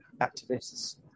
activists